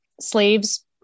slaves